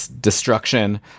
destruction